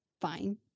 Fine